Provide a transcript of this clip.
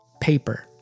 Paper